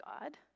God